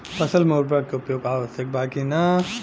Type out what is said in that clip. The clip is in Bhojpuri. फसल में उर्वरक के उपयोग आवश्यक बा कि न?